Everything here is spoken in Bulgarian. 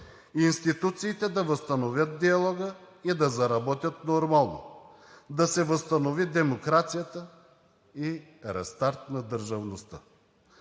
институциите да възстановят диалога и да заработят нормално, да се възстанови демокрацията и рестарт на държавността.